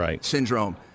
syndrome